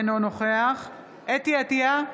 אינו נוכח חוה אתי עטייה,